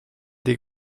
des